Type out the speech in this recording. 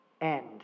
end